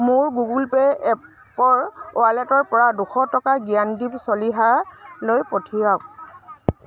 মোৰ Google pay এপৰ ৱালেটৰপৰা দুশ টকা জ্ঞানদীপ চলিহালৈ পঠিয়াওক